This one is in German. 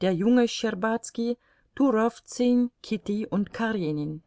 der junge schtscherbazki turowzün kitty und karenin